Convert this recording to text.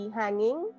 hanging